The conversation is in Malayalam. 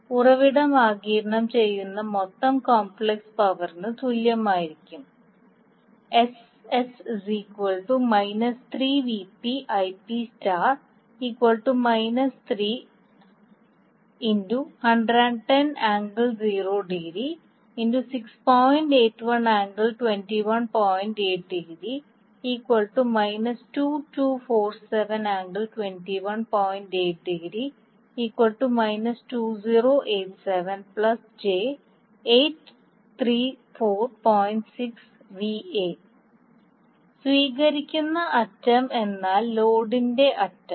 ഉറവിടം ആഗിരണം ചെയ്യുന്ന മൊത്തം കോംപ്ലക്സ് പവറിനു തുല്യമായിരിക്കും സ്വീകരിക്കുന്ന അറ്റം എന്നാൽ ലോഡിന്റെ അറ്റം